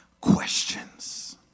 questions